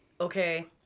okay